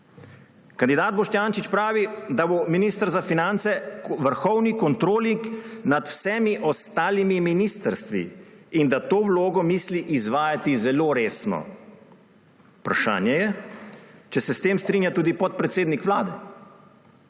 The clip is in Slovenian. Kandidat Boštjančič pravi, da bo minister za finance vrhovni kontrolor nad vsemi ostalimi ministrstvi in da to vlogo misli izvajati zelo resno. Vprašanje je, če se s tem strinja tudi podpredsednik Vlade.